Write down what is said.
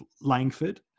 Langford